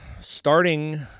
starting